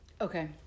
Okay